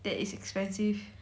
that is expensive